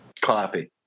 Coffee